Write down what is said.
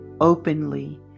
openly